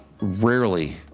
rarely